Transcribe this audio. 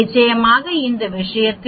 நிச்சயமாக இந்த விஷயத்தில் சி